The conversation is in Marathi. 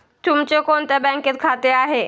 तुमचे कोणत्या बँकेत खाते आहे?